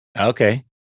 okay